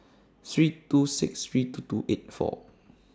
three two six three two two eight four